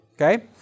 Okay